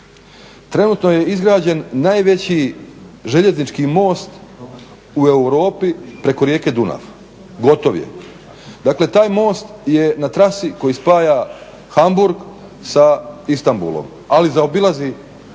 Trenutno je izgrađen najveći željeznički most u Europi prije rijeke Dunav, gotov je. Dakle, taj most je na trasi koji spaja Hamburg sa Istanbulom, ali zaobilazi sve